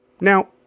Now